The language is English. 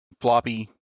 floppy